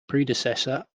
predecessor